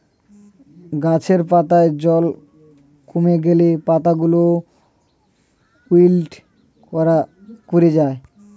গাছের পাতায় জল কমে গেলে পাতাগুলো উইল্ট করে যায়